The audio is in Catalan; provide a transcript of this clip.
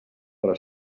però